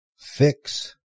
fix